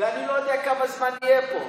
ואני לא יודע כמה זמן נהיה פה,